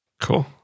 Cool